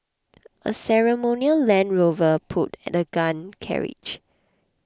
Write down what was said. a ceremonial Land Rover pulled the gun carriage